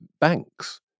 banks